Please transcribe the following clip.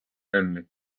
only